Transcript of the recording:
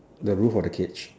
the roof of the cage